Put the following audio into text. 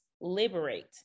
Liberate